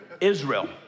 Israel